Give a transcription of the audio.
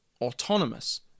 autonomous